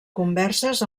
converses